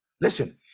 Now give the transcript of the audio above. listen